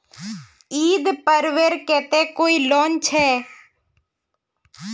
ईद पर्वेर केते कोई लोन छे?